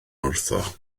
wrtho